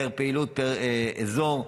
פר פעילות, פר אזור.